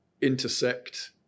intersect